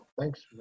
thanks